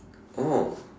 oh